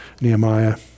Nehemiah